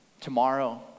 tomorrow